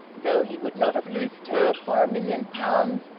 though he would not have loosed her for a million pounds,